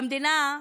כנראה במדינה,